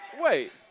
Wait